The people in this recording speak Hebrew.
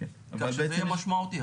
כך שזה יהיה משמעותי.